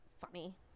funny